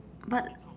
but